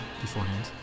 beforehand